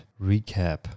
recap